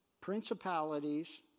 principalities